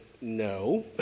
no